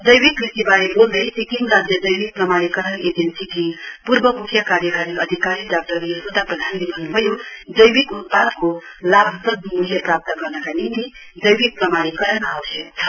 जैविक कृषिबारे बोल्दै सिक्किम राज्य जैविक प्रमाणीकरण एजेन्सीकी पूर्व मुख्य कार्यकारी अधिकारी डाक्टर यसोदा प्रधानले भन्नु भयो जैविक उत्पादको लाभप्रद मूल्य प्राप्त गर्नका निम्ति जैविक प्रमाणीकरण आवश्यक छ